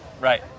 Right